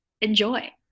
enjoy